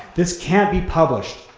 this can't be published,